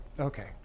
Okay